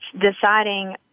deciding